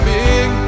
big